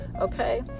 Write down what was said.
Okay